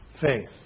faith